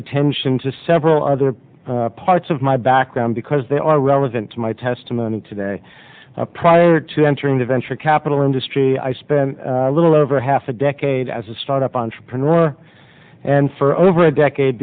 attention to several other parts of my background because they are relevant to my testimony today prior to entering the venture capital industry i spent a little over half a decade as a startup entrepreneur and for over a decade